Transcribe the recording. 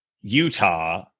Utah